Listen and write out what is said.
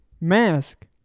Mask